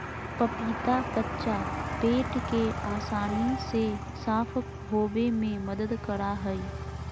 पपीता कच्चा पेट के आसानी से साफ होबे में मदद करा हइ